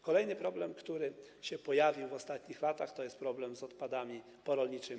Kolejny problem, który się pojawił w ostatnich latach, to jest problem z odpadami porolniczymi.